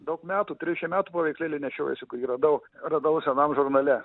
daug metų trisdešim metų paveikslėlyje nešiojiesi kokį radau radau senam žurnale